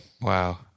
Wow